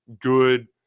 good